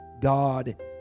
God